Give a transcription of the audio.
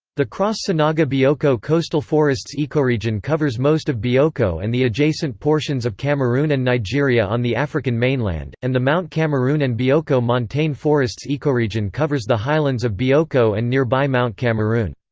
the cross-sanaga-bioko coastal forests ecoregion covers most of bioko and the adjacent portions of cameroon and nigeria on the african mainland, and the mount cameroon and bioko montane forests ecoregion covers the highlands of bioko and nearby mount cameroon.